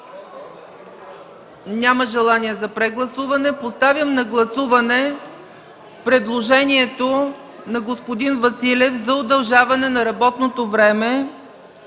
Няма желания за прегласуване. Поставям на гласуване предложението на господин Василев за удължаване на работното време